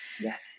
Yes